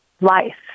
life